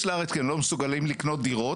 לארץ כי הם לא מסוגלים כבר לקנות דירות.